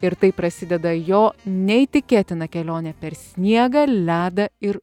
ir taip prasideda jo neįtikėtina kelionė per sniegą ledą ir